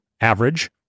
Average